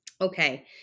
Okay